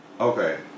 Okay